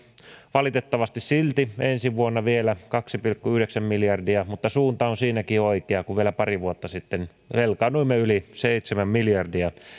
valitettavasti silti ensi vuonna vielä kaksi pilkku yhdeksän miljardia mutta suunta on siinäkin oikea kun vielä pari vuotta sitten velkaannuimme yli seitsemän miljardia